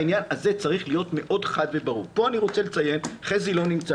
בעניין הזה צריך להיות מאוד חד וברור פה אני רוצה לציין וחזי לא נמצא